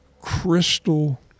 crystal